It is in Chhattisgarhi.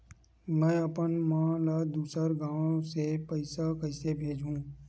में अपन मा ला दुसर गांव से पईसा कइसे भेजहु?